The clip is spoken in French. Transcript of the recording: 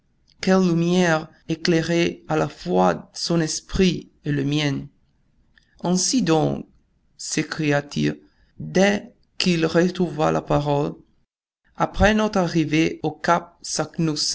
éclairait à la fois son esprit et le mien ainsi donc s'écria-t-il dès qu'il retrouva la parole après notre arrivée au cap